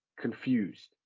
confused